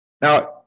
Now